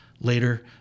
later